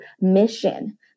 mission